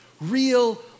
real